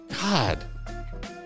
God